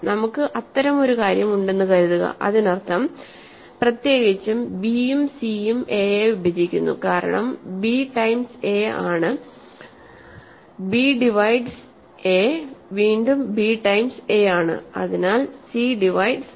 നമുക്ക് അത്തരമൊരു കാര്യം ഉണ്ടെന്ന് കരുതുക അതിനർത്ഥം പ്രത്യേകിച്ചും b യും സി യും a യെ വിഭജിക്കുന്നു കാരണം b ടൈംസ് a ആണ് b ഡിവൈഡ്സ് a വീണ്ടും b ടൈംസ് a ആണ് അതിനാൽ c ഡിവൈഡ്സ് എ